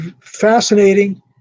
fascinating